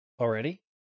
Already